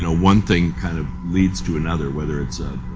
ah one thing kind of leads to another whether it's a